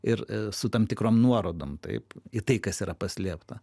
ir su tam tikrom nuorodom taip į tai kas yra paslėpta